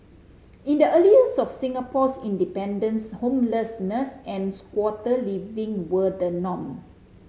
in the early years of Singapore's independence homelessness and squatter living were the norm